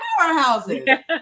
powerhouses